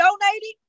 donating